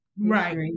Right